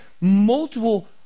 multiple